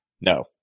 no